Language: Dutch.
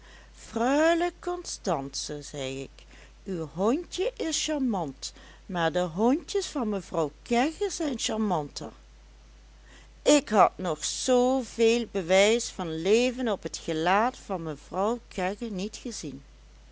freule constance zei ik uw hondje is charmant maar de hondjes van mevrouw kegge zijn charmanter ik had nog zoo veel bewijs van leven op het gelaat van mevrouw kegge niet gezien